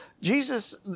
Jesus